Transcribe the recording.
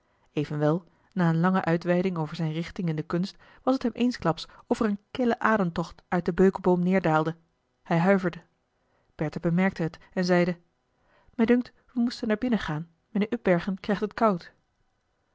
evenwel na een lange uitweiding over zijn richting in de kunst was t hem eensklaps of er een kille ademtocht uit den beukeboom neerdaalde hij huiverde bertha bemerkte het en zeide mij dunkt wij moesten naar binnen gaan mijnheer upbergen krijgt het koud